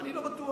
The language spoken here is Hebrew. אני לא בטוח.